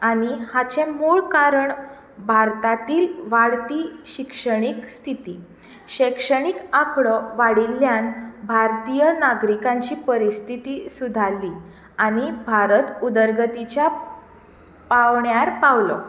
आनी हाचें मूळ कारण भारतातील वाडती शिक्षणीक स्थिती शैक्षणीक आंकडो वाडिल्ल्यान भारतीय नागरिकांची परिस्थिती सुदारली आनी भारत उदरगतीच्या पांवड्यार पावलो